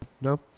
No